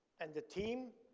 and the team,